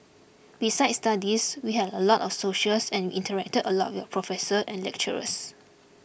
besides studies we had a lot of socials and we interacted a lot with our professors and lecturers